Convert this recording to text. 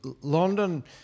London